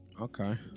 okay